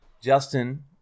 Justin